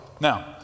Now